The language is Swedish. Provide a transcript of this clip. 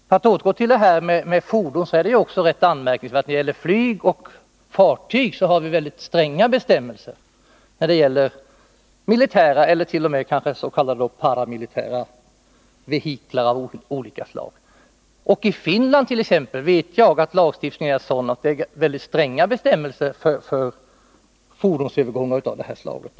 På tal om fordon är det också rätt anmärkningsvärt att för flyg och fartyg Nr 23 har vi mycket stränga bestämmelser när det gäller militära eller kanske Torsdagen den t. 0. m. paramilitära vehiklar av olika slag. Jag vet att man i Finland har 13 november 1980 mycket stränga lagbestämmelser för gränspassager med fordon av det här slaget.